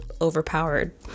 overpowered